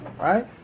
right